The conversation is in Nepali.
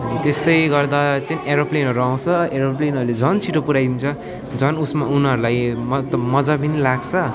त्यस्तै गर्दा चाहिँ एरोप्लेनहरू आउँछ एरोप्लेनहरूले झन् छिटो पुऱ्याइदिन्छ झन् उसमा उनीहरूलाई म मजा पनि लाग्छ